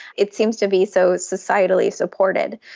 it seems to be so societally supported.